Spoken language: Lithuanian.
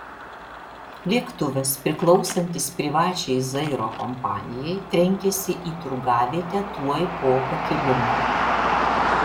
lėktuvas priklausantis privačiai zairo kompanijai trenkėsi į turgavietę tuoj po pakilimo